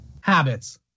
Habits